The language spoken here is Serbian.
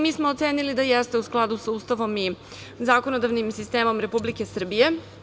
Mi smo ocenili da jeste u skladu sa Ustavom i zakonodavnim sistemom Republike Srbije.